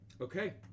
Okay